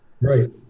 Right